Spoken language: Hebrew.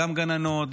גם גננות,